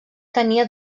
tenia